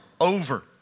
over